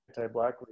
anti-Black